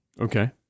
Okay